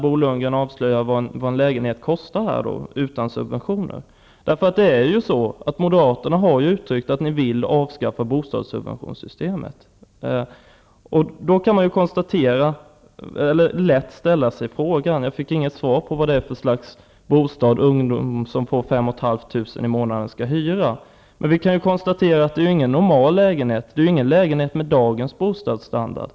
Bo Lundgren säger nu vad en lägenhet kan kosta utan subventioner. Moderaterna har uttryckt att de vill avskaffa systemet med bostadssubventioner. Jag fick inget svar på vad det är för slags bostad ungdomar med 5 500 kr. i månaden skall hyra. Det kan inte vara en normal lägenhet med dagens bostadsstandard.